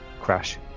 crash